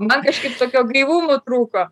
man kažkaip tokio gaivumo trūko